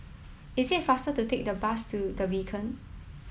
it is faster to take the bus to The Beacon